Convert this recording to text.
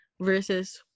versus